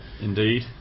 Indeed